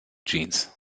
jeans